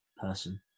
person